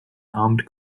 armed